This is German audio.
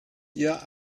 ihr